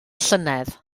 llynedd